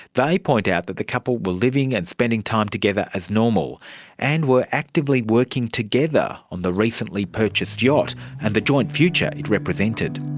they point out that the couple were living and spending time together as normal and were actively working together on the recently purchased yacht and the joint future it represented.